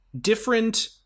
different